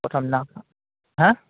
প্ৰথম দিনাখন